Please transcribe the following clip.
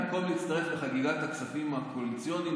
במקום להצטרף לחגיגת הכספים הקואליציוניים